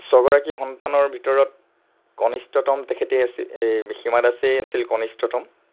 ছগৰাকী সন্তানৰ ভিতৰত কনিষ্ঠতম তেখেতেই আছিল হীমা দাসেই আছিল কনিষ্ঠতম